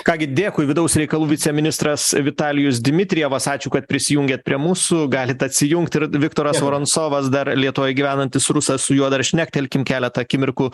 ką gi dėkui vidaus reikalų viceministras vitalijus dmitrijevas ačiū kad prisijungėt prie mūsų galit atsijungt ir viktoras voroncovas dar lietuvoj gyvenantis rusas su juo dar šnektelkim keletą akimirkų